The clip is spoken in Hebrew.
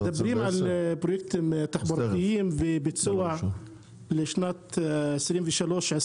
כשמדברים על פרויקטים תחבורתיים וביצוע לשנים 2024-2023,